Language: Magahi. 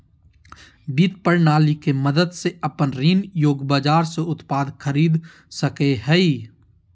वित्त प्रणाली के मदद से अपन ऋण योग्य बाजार से उत्पाद खरीद सकेय हइ